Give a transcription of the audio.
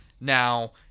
now